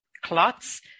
clots